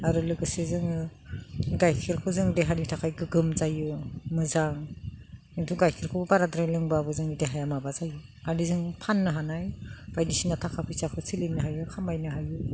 आरो लोगोसे जोङो गाइखेरखौ जों देहानि थाखाय गोग्गोम जायो मोजां किन्तु गाइखेरखौ बाराद्राय लोंबाबो जोंनि देहाया माबा जायो माने जों फाननो हानाय बायदिसिना थाखा फैसाखौ सोलिनो हायो खामायनो हायो